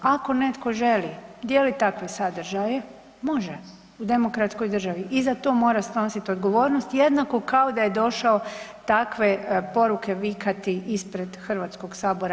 Ako netko želi dijelit takve sadržaje može u demokratskoj državi i za to mora snosit odgovornost jednako kao da je došao takve poruke vikati ispred HS.